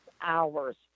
hours